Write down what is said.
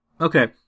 Okay